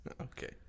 Okay